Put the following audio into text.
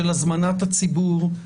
של הזמנת הציבור,